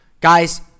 Guys